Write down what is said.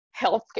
healthcare